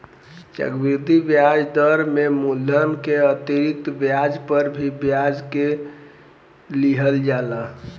चक्रवृद्धि ब्याज दर में मूलधन के अतिरिक्त ब्याज पर भी ब्याज के लिहल जाला